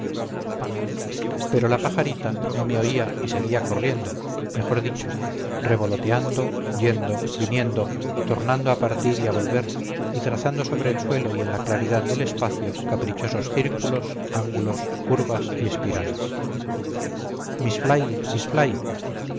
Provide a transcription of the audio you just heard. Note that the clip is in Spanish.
pero la pajarita no me oía y seguía corriendo mejor dicho revoloteando yendo viniendo tornando a partir y a volver y trazando sobre el suelo y en la claridad del espacio caprichosos círculos ángulos curvas y espirales miss